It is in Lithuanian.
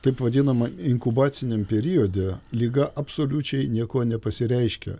taip vadinama inkubaciniam periode liga absoliučiai niekuo nepasireiškia